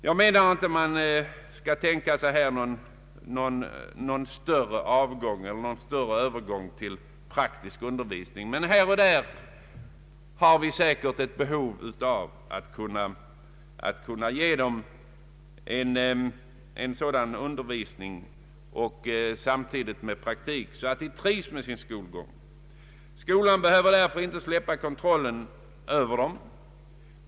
Jag menar inte att man här skall tänka sig någon övergång i större utsträckning till praktisk undervisning, men här och var finns säkert ett behov av en undervisning i förening med praktik så att eleverna trivs med sin skolgång. Skolan behöver därför inte släppa kon trollen över eleverna.